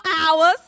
hours